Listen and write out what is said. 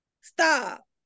Stop